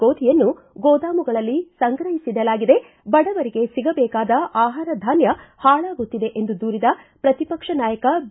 ಗೋಧಿಯನ್ನು ಗೋದಾಮುಗಳಲ್ಲಿ ಸಂಗ್ರಹಿಸಿಡಲಾಗಿದೆ ಬಡವರಿಗೆ ಸಿಗಬೇಕಾದ ಆಹಾರ ಧಾನ್ಯ ಹಾಳಾಗುತ್ತಿದೆ ಎಂದು ದೂರಿದ ಪ್ರತಿ ಪಕ್ಷ ನಾಯಕ ಬಿ